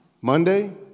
Monday